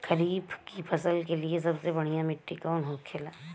खरीफ की फसल के लिए सबसे बढ़ियां मिट्टी कवन होखेला?